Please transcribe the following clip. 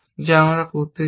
যা আমরা করতে চাই